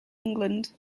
england